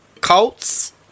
Colts